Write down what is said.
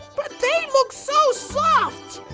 but they look so soft!